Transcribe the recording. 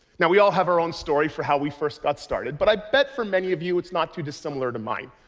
now, we all have our own story for how we first got started. but i bet, for many of you, it's not too dissimilar to mine.